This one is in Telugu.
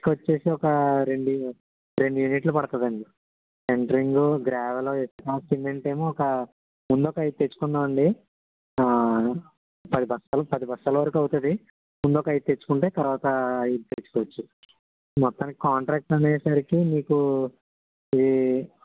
ఇసుక వచ్చేసి ఒక రెండు యూ రెండు యూనిట్లు పడతుందండి సెంట్రింగు గ్రావెలు ఇసక సిమెంట్ ఏమో ఒక ముందు ఒక ఐదు తెచ్చుకుందాం అండి పది బస్తాలు పది బస్తాల వరకు అవుతుంది ముందొక ఐదు తెచ్చుకుంటే తర్వాత ఐదు తెచ్చుకోవచ్చు మొత్తానికి కాంట్రాక్ట్ అనే సరికి మీకు ఈ